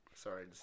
Sorry